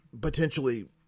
potentially